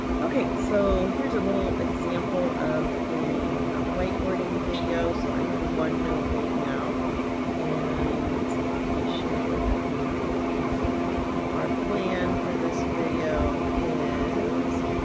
okay so here's a little example of a whiteboarding video, so i'm in onenote right now and let me share with you kind of our plan for this video is.